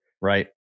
Right